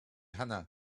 hannah